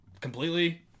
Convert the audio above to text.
completely